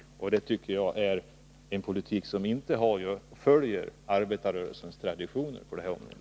Jag för min del tycker att det är en politik som inte följer arbetarrörelsens traditioner på det här området.